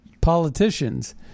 politicians